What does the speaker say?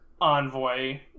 envoy